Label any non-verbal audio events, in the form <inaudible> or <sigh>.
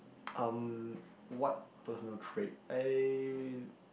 <noise> um what personal trait I